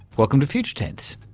welcome to future tense.